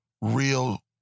real